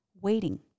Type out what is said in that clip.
waiting